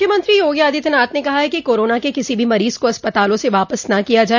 मुख्यमंत्री योगी आदित्यनाथ ने कहा है कि कोरोना के किसी भी मरीज को अस्पतालों से वापस न किया जाय